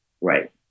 Right